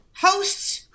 hosts